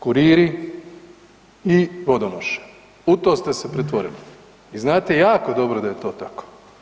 Kuriri i vodonoše, u to ste se pretvorili i znate jako dobro da je to tako.